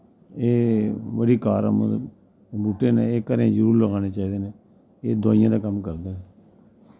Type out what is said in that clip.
एह् बड़ी कारामद बूह्टे न एह् घरें च जरूर लाने चाहिदे एह् दुआइयें दा कम्म करदे न